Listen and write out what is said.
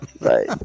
right